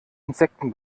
insekten